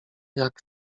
jak